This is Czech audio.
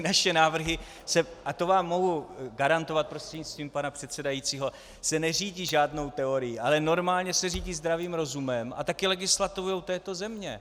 Naše návrhy a to vám mohu garantovat prostřednictvím pana předsedajícího se neřídí žádnou teorií, ale normálně se řídí zdravým rozumem a také legislativou této země.